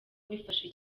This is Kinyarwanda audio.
bifashe